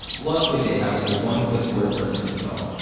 luckily they have a one-click wordpress install.